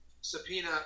subpoena